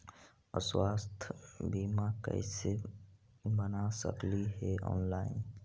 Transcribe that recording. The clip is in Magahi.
स्वास्थ्य बीमा कैसे बना सकली हे ऑनलाइन?